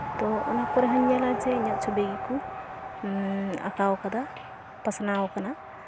ᱛᱳ ᱚᱱᱟ ᱠᱚᱨᱮᱦᱚᱸᱧ ᱧᱮᱞᱟ ᱤᱧᱟᱹᱜ ᱪᱷᱚᱵᱤ ᱜᱮᱠᱚ ᱟᱸᱠᱟᱣ ᱠᱟᱫᱟ ᱯᱟᱥᱱᱟᱣ ᱠᱟᱱᱟ